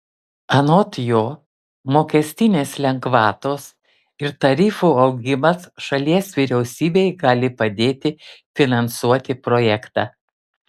anot jo mokestinės lengvatos ir tarifų augimas šalies vyriausybei gali padėti finansuoti projektą